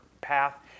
path